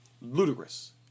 ludicrous